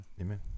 amen